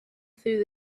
through